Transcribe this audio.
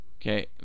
Okay